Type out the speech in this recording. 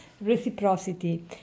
reciprocity